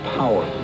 power